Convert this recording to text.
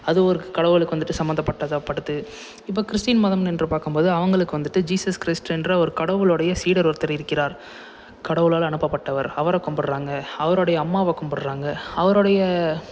அது ஒரு கடவுளுக்கு வந்துட்டு சம்பந்தப்பட்டதாக படுது இப்போ கிறிஸ்டின் மதம் என்று பார்க்கம்போது அவங்களுக்கு வந்துட்டு ஜீசஸ் கிறிஸ்ட் என்ற ஒரு கடவுளோடைய சீடர் ஒருத்தர் இருக்கிறார் கடவுளால் அனுப்பப்பட்டவர் அவரை கும்பிட்றாங்க அவரோடைய அம்மாவை கும்பிட்றாங்க அவரோடைய